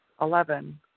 Eleven